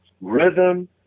rhythm